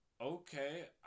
Okay